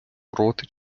проти